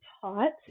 taught